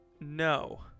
no